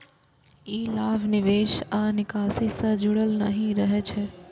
ई लाभ निवेश आ निकासी सं जुड़ल नहि रहै छै